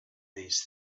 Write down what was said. these